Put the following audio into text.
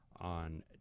on